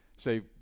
say